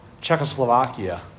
Czechoslovakia